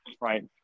right